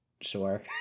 Sure